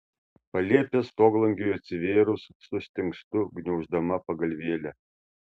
palėpės stoglangiui atsivėrus sustingstu gniauždama pagalvėlę